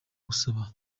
gusaba